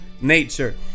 nature